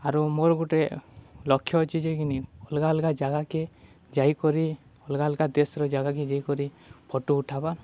ଆରୁ ମୋର୍ ଗୁଟେ ଲକ୍ଷ୍ୟ ଅଛେ ଯେକିନି ଅଲ୍ଗା ଅଲ୍ଗା ଜାଗାକେ ଯାଇକରି ଅଲ୍ଗା ଅଲ୍ଗା ଦେଶ୍ର ଜାଗାକେ ଯାଇକରି ଫଟୋ ଉଠାବାର୍